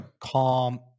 calm